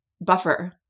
buffer